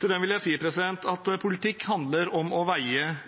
Til dem vil jeg si at politikk handler om å veie